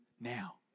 now